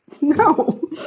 no